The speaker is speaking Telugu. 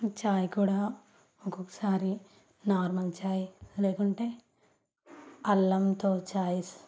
చాయ్ కూడా ఒక్కొక్కసారి నార్మల్ చాయ్ లేకుంటే అల్లంతో చాయ్స్